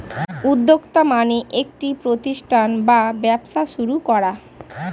উদ্যোক্তা মানে একটি প্রতিষ্ঠান বা ব্যবসা শুরু করা